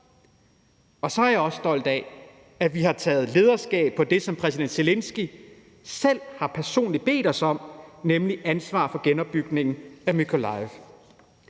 Så er jeg også stolt af, at vi har taget lederskab på det, som præsident Zelenskyj selv personligt har bedt os om, nemlig ansvar for genopbygningen af Mykolaiv.